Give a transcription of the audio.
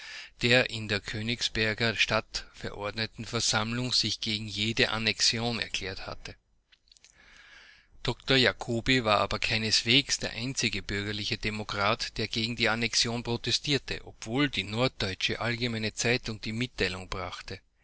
der in der königsberger stadtverordnetenversammlung sich gegen jede annexion erklärt hatte dr jacoby war aber keineswegs der einzige bürgerliche demokrat der gegen die annexion protestierte obwohl die norddeutsche allgemeine zeitung die mitteilung brachte